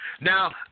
Now